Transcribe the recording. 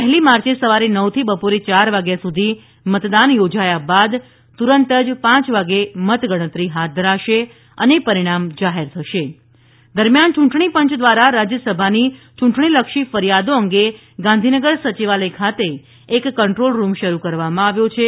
પહેલી માર્ચે સવારે નવથી બપોરે યાર વાગ્યા સુધી મતદાન યોજાયા બાદ તુરંત પાંચ વાગે મત ગણતરી હાથ ધરાશે અને પરીણામ જાહેર થશે દરમિયાન યૂંટણી પંચ દ્વારા રાજયસભાની યૂંટણીલક્ષી ફરિયાદો અંગે ગાંધીનગર સચિવાલય ખાતે એક કન્દ્રોલ રૂમ શરૂ કરવામાં આવ્યો છે